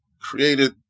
Created